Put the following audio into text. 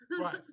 Right